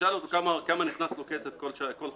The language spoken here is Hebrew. תשאל אותו כמה כסף נכנס לו בכל חודש.